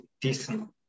decent